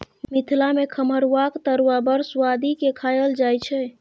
मिथिला मे खमहाउरक तरुआ बड़ सुआदि केँ खाएल जाइ छै